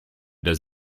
does